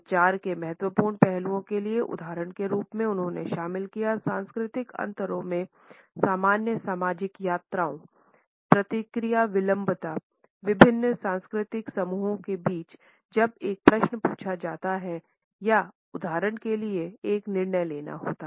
संचार में महत्वपूर्ण पहलुओं के लिए उदाहरण के रूप में उन्होंने शामिल किया सांस्कृतिक अंतरों में सामान्य सामाजिक यात्राओं प्रतिक्रिया विलंबता विभिन्न सांस्कृतिक समूहों के बीच जब एक प्रश्न पूछा जाता है या उदाहरण के लिए एक निर्णय लेना होता है